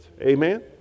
amen